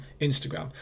Instagram